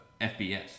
FBS